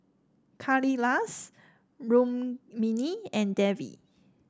Kailash Rukmini and Devi